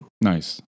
Nice